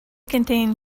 contain